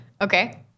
Okay